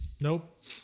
Nope